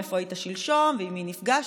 ואיפה היית שלשום ועם מי נפגשת,